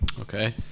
Okay